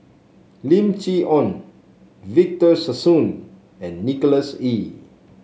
Lim Chee Onn Victor Sassoon and Nicholas Ee